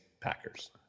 Packers